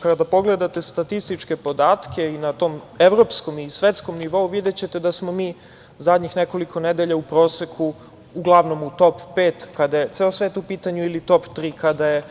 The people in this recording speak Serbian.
Kada pogledate statističke podatke i na tom evropskom i svetskom nivou videćete da smo mi zadnjih nekoliko nedelja u proseku uglavnom u top pet kada je ceo svet u pitanju ili top tri kada je